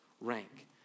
rank